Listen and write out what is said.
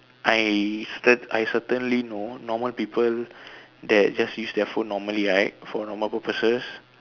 I cer~ I certainly know normal people that just use their phone normally right for normal purposes